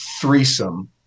threesome